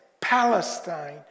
Palestine